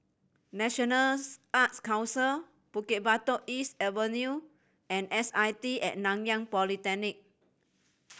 National Arts Council Bukit Batok East Avenue and S I T At Nanyang Polytechnic